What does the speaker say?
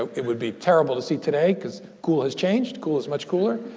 it would be terrible to see today because cool has changed. cool is much cooler.